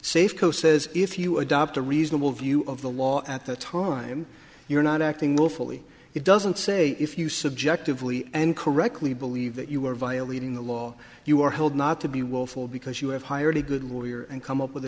safeco says if you adopt a reasonable view of the law at the time you're not acting willfully it doesn't say if you subjectively and correctly believe that you were violating the law you are held not to be willful because you have hired a good lawyer and come up with a